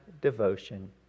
devotion